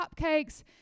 cupcakes